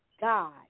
God